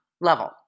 level